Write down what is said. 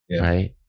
right